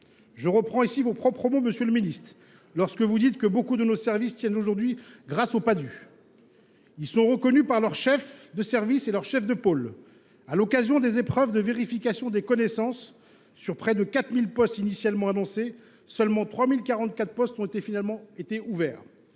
Je reprends ici vos propres mots, Monsieur le Ministre, lorsque vous dites que beaucoup de nos services tiennent aujourd'hui grâce au pas dû. Ils sont reconnus par leur chef de service et leur chef de pôle. À l'occasion des épreuves de vérification des connaissances sur près de 4000 postes initialement annoncés, seulement 3044 postes ont finalement été ouverts.